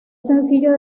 sencillo